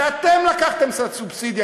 זה אתם שלקחתם את הסובסידיה,